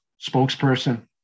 spokesperson